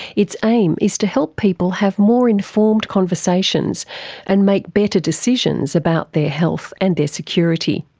its aim is to help people have more informed conversations and make better decisions about their health and their security.